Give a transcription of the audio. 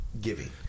giving